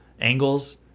angles